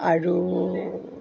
আৰু